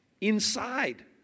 inside